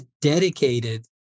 dedicated